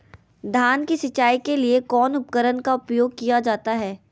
धान की सिंचाई के लिए कौन उपकरण का उपयोग किया जाता है?